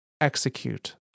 Execute